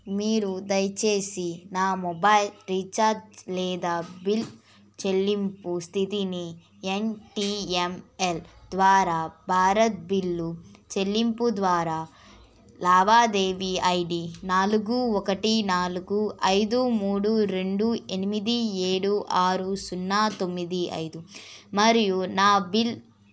మీరు దయచేసి నా మొబైల్ రీఛార్జ్ లేదా బిల్ చెల్లింపు స్థితిని ఎమ్టీ ఎన్ఎల్ ద్వారా భారత్ బిల్లు చెల్లింపు ద్వారా లావాదేవీ ఐడి నాలుగు ఒకటి నాలుగు ఐదు మూడు రెండు ఎనిమిది ఏడు ఆరు సున్నా తొమ్మిది ఐదు మరియు నా బిల్